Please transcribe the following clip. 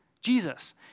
Jesus